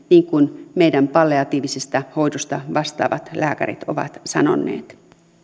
niin kuin meidän palliatiivisesta hoidosta vastaavat lääkärit ovat sanoneet